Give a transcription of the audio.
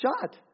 shot